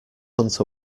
hunt